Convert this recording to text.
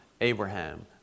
Abraham